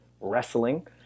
wrestling